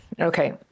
Okay